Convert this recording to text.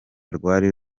rwari